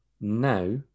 Now